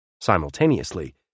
Simultaneously